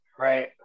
right